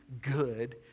good